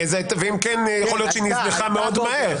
ואם כן, יכול להיות שהיא נזנחה מאוד מהר.